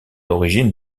origine